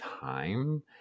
time